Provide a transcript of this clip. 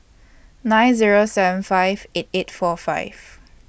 nine Zero seven five eight eight four five